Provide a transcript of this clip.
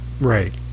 Right